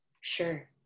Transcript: sure